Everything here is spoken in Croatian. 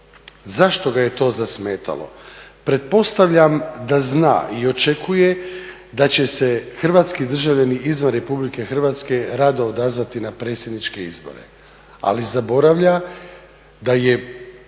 Zašto ga je to zasmetalo? Pretpostavljam da zna i očekuje da će se hrvatski državljani izvan Republike Hrvatske rado odazvati na predsjedničke izbore. Ali zaboravlja da prije